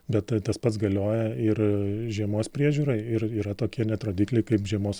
bet tai tas pats galioja ir žiemos priežiūrai ir yra tokie net rodikliai kaip žiemos